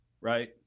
right